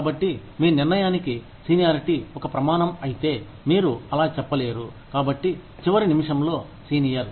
కాబట్టి మీ నిర్ణయానికి సీనియారిటీ ఒక ప్రమాణం అయితే మీరు అలా చెప్పలేరు కాబట్టి చివరి నిమిషంలో సీనియర్